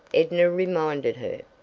edna reminded her.